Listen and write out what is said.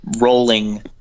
rolling